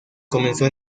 comenzó